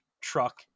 truck